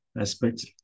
aspects